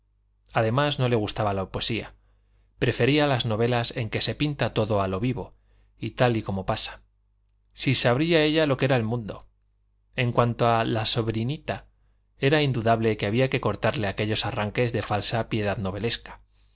además no le gustaba la poesía prefería las novelas en que se pinta todo a lo vivo y tal como pasa si sabría ella lo que era el mundo en cuanto a la sobrinita era indudable que había que cortarle aquellos arranques de falsa piedad novelesca